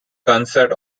concert